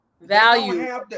value